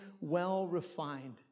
well-refined